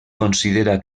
considera